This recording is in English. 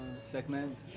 segment